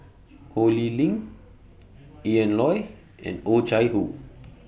Ho Lee Ling Ian Loy and Oh Chai Hoo